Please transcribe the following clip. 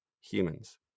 humans